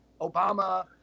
Obama